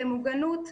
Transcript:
במוגנות.